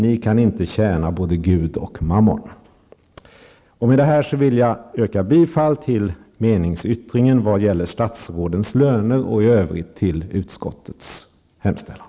Ni kan inte tjäna både Gud och mammon.'' Med detta vill jag yrka bifall till meningsyttringen vad gäller statsrådens löner och i övrigt till utskottets hemställan.